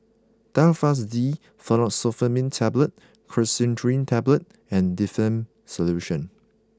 Telfast D Fexofenadine Tablets Cetirizine Tablets and Difflam Solution